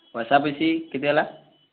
ପଏସା ମିଶି କେତେ ହେଲା